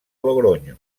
logronyo